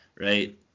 Right